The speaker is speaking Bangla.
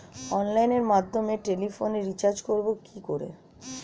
অনলাইনের মাধ্যমে টেলিফোনে রিচার্জ করব কি করে?